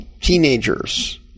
teenagers